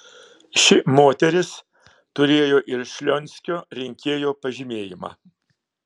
ši moteris turėjo ir šlionskio rinkėjo pažymėjimą